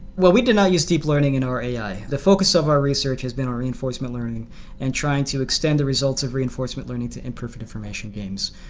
we did not use deep learning in our ai. the focus of our research has been on reinforcement learning and trying to extend the results of reinforcement learning to improve information games.